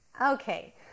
Okay